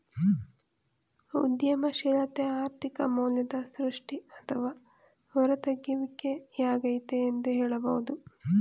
ಉದ್ಯಮಶೀಲತೆ ಆರ್ಥಿಕ ಮೌಲ್ಯದ ಸೃಷ್ಟಿ ಅಥವಾ ಹೂರತೆಗೆಯುವಿಕೆ ಯಾಗೈತೆ ಎಂದು ಹೇಳಬಹುದು